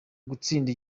gutsinda